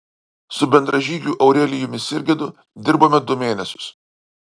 su bendražygiu aurelijumi sirgedu dirbome du mėnesius